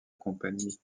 compagnie